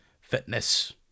fitness